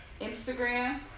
Instagram